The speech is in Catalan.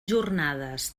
jornades